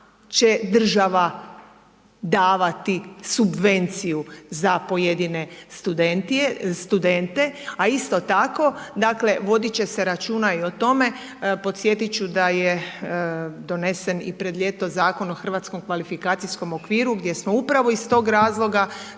će država davati subvenciju za pojedine studente, a isto tako, dakle vodit će se računa i o tome, podsjetit ću da je donesen i pred ljeto zakon o hrvatskom kvalifikacijskom okviru gdje smo upravo iz tog razloga